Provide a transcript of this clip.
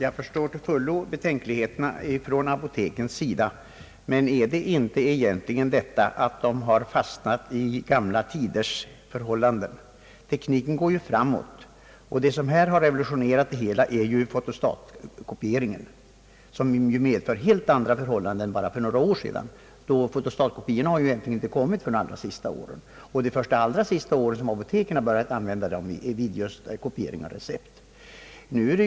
Herr talman! Jag förstår delvis apotekens betänkligheter. Men är det egentligen inte så att de har fastnat i gamla tiders förhållande? Tekniken går ju framåt. Vad som rationaliserat förfarandet är fotostatkopieringen som medför helt andra arbetsförhållanden än för några år sedan. Fotokopieringen har ju inte kommit i allmänt bruk förrän under de allra senaste åren, då även apoteken börjat använda den tekniken för kopiering av recept.